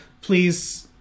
please